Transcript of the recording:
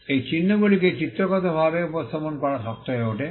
এই চিহ্নগুলিকে চিত্রগতভাবে উপস্থাপন করা শক্ত হয়ে ওঠে